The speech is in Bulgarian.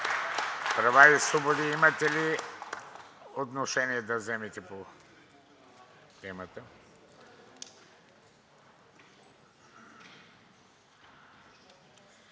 Права и свободи имате ли отношение да вземете по темата?